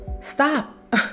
Stop